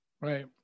Right